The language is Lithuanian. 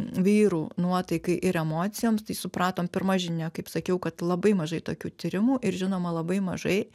vyrų nuotaikai ir emocijoms tai supratom pirma žinia kaip sakiau kad labai mažai tokių tyrimų ir žinoma labai mažai